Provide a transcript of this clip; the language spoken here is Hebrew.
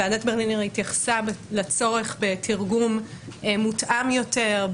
ועדת ברלינר התייחסה לצורך בתרגום מותאם יותר,